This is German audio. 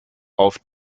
auf